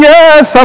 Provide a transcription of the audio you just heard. Yes